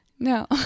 No